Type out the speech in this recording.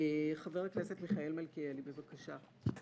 חבר הכנסת מיכאל מלכיאלי, בבקשה.